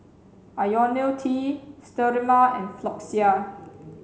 Ionil T Sterimar and Floxia